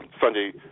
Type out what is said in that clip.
Sunday